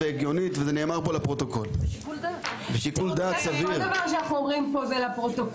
וכדי לתת לשוטרים את האפשרות לאכוף מול אותם עבריינים.